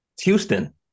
Houston